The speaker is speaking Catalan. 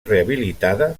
rehabilitada